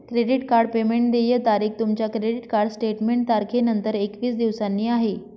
credit card payment देय तारीख तुमच्या क्रेडिट कार्ड स्टेटमेंट तारखेनंतर एकवीस दिवसांनी आहे